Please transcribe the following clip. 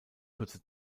kurze